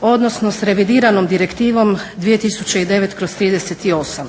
odnosno s revidiranom Direktivom 2009/38.